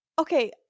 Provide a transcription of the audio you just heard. Okay